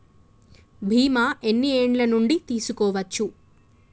బీమా ఎన్ని ఏండ్ల నుండి తీసుకోవచ్చు?